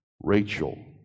Rachel